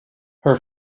her